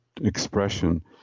expression